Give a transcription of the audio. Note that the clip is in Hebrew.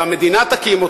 שהמדינה תקים,